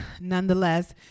nonetheless